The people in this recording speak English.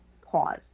pause